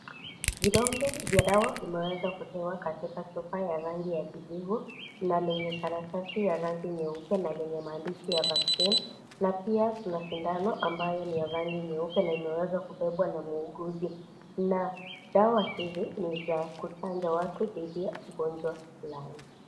Vidonge vya dawa vimeweza kupewa katika chupa la rangi ya kijivu na lenye karatasi ya rangi nyeupe na yenye maandishi ya vaccine na pia tuna sindano ambayo ni ya rangi nyeupe na imeweza kubebwa na muuguzi na dawa hizi ni za kuchanja watu dhidi ya ugonjwa .